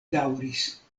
daŭris